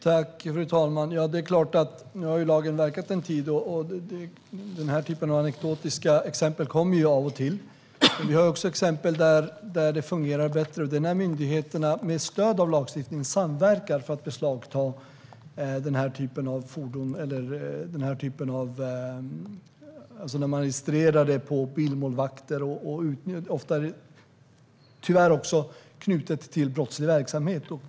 Fru talman! Nu har lagen verkat en tid, och denna typ av anekdotiska exempel kommer av och till. Men vi har också exempel där det fungerar bättre, och det är när myndigheterna med stöd av lagstiftningen samverkar för att beslagta fordon som är registrerade på bilmålvakter. Tyvärr är det ofta knutet till brottslig verksamhet.